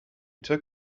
took